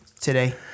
today